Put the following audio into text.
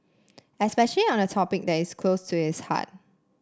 especially on a topic that is close to his heart